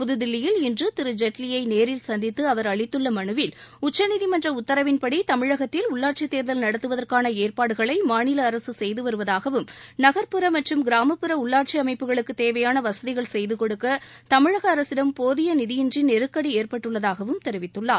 புதுதில்லியில் இன்று திரு ஜேட்லியை நேரில் சந்தித்து அவர் அளித்துள்ள மனுவில் உச்சநீதிமன்ற உத்தரவின்படி தமிழகத்தில் உள்ளாட்சித் தேர்தல் நடத்துவதற்கான ஏற்பாடுகளை மாநில அரசு செய்து வருவதாகவும் நகர்ப்புற மற்றம் கிராமப்புற உள்ளாடச்சி அமைப்புகளுக்கு தேவையான வசதிகள் செய்துகொடுக்க தமிழக அரசிடம் போதிய நிதியின்றி நெருக்கடி ஏற்பட்டுள்ளதாகவும் தெரிவித்துள்ளார்